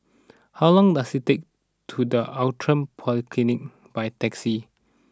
how long does it take to the Outram Polyclinic by taxi